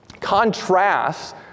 contrasts